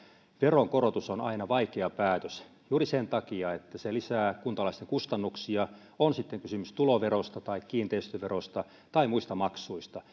veronkorotus on aina vaikea päätös juuri sen takia että se lisää kuntalaisten kustannuksia on sitten kysymys tuloverosta tai kiinteistöverosta tai muista maksuista